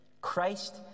Christ